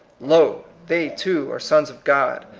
lol they, too, are sons of god,